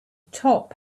top